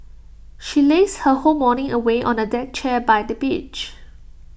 she lazed her whole morning away on A deck chair by the beach